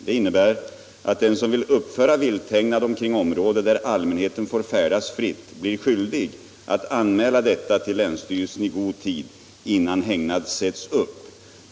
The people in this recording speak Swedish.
Det innebär att den som vill uppföra vilthägnad omkring område där allmänheten får färdas fritt blir skyldig att anmäla detta till länsstyrelsen i god tid innan hägnad sätts upp.